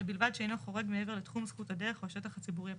ובלבד שאינו חורג מעבר לתחום זכות הדרך או השטח הציבורי הפתוח.